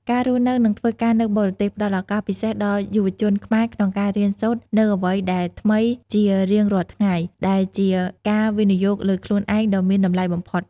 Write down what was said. ការរស់នៅ និងធ្វើការនៅបរទេសផ្ដល់ឱកាសពិសេសដល់យុវជនខ្មែរក្នុងការរៀនសូត្រនូវអ្វីដែលថ្មីជារៀងរាល់ថ្ងៃ ដែលជាការវិនិយោគលើខ្លួនឯងដ៏មានតម្លៃបំផុត។